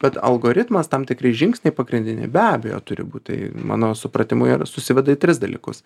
bet algoritmas tam tikri žingsniai pagrindiniai be abejo turi būt tai mano supratimu ir susiveda į tris dalykus